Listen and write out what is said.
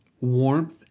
warmth